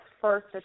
first